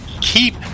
keep